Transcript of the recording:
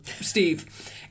Steve